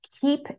keep